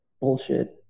bullshit